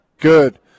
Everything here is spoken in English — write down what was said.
Good